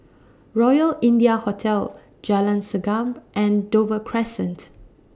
Royal India Hotel Jalan Segam and Dover Crescent